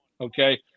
okay